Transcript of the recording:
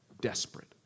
desperate